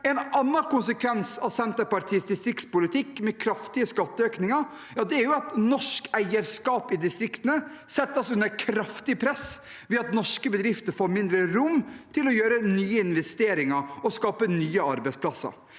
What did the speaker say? En annen konsekvens av Senterpartiets distriktspolitikk med kraftige skatteøkninger er at norsk eierskap i distriktene settes under kraftig press ved at norske bedrifter får mindre rom til å gjøre nye investeringer og skape nye arbeidsplasser.